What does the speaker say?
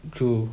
true